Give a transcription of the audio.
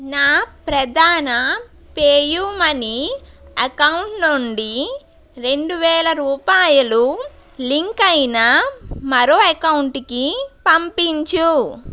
నా ప్రధాన PayU money account నుండి రెండు వేల రూపాయలు లింక్ అయిన మరో అకౌంటుకి పంపించు